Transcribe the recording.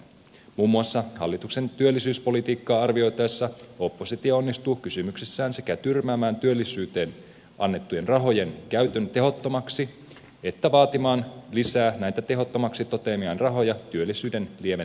muun muassa hallituksen työllisyyspolitiikkaa arvioitaessa oppositio onnistuu kysymyksessään sekä tyrmäämään työllisyyteen annettujen rahojen käytön tehottomaksi että vaatimaan lisää näitä tehottomaksi toteamiaan rahoja työllisyyden lieventämiseksi